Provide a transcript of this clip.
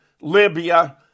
Libya